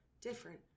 different